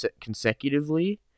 consecutively